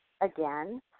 again